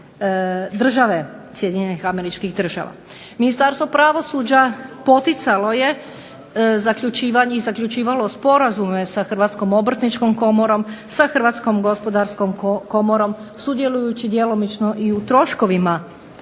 države Sjedinjenih američkih država. Ministarstvo pravosuđa poticalo je zaključivalo sporazume sa Hrvatskom obrtničkom komorom, sa Hrvatskom gospodarskom komorom sudjelujući djelomično u troškovima